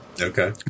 Okay